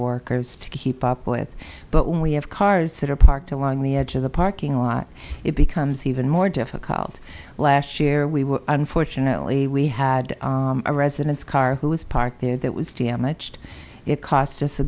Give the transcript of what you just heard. workers to keep up with but when we have cars that are parked along the edge of the parking lot it becomes even more difficult last year we were unfortunately we had a residents car who was parked there that was damaged it cost us a